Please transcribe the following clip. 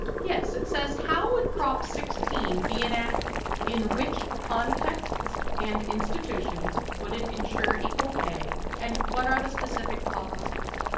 yes, it says, how would prop sixteen be enacted? in which contexts and institutions would it ensure equal pay and what are the specific policies?